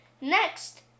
Next